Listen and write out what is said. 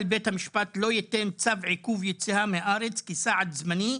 בית המשפט לא ייתן צו עיכוב יציאה מן הארץ כצעד זמני,